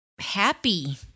Happy